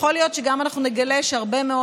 יכול להיות שגם אנחנו נגלה שהרבה מאוד